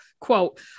Quote